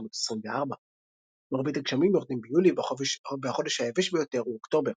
1924. מרבית הגשמים יורדים ביולי והחודש היבש ביותר הוא אוקטובר.